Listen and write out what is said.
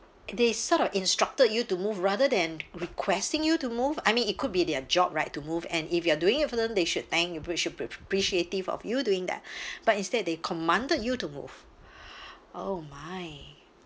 they sort of instructed you to move rather than requesting you to move I mean it could be their job right to move and if you are doing it for them they should thank you should be appreciative of you doing that but instead they commanded you to move oh my